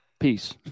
Peace